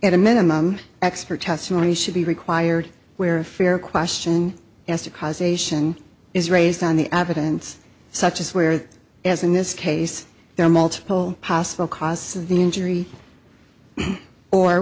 at a minimum expert testimony should be required where a fair question as to cause ation is raised on the avid and such as where as in this case there are multiple possible causes of the injury or